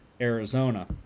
Arizona